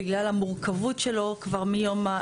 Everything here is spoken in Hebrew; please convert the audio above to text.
בגלל המורכבות שלו כבר מיום,